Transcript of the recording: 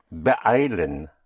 beeilen